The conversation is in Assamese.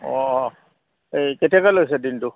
অঁ এই কেতিয়াকে লৈছে দিনটো